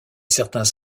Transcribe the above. certains